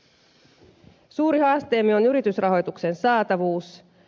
suuri haasteemme on yritysrahoituksen saatavuus